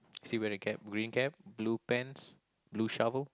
is he wearing a cap green cap blue pants blue shovel